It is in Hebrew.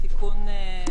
מקריאתו.